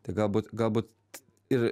tai galbūt galbūt ir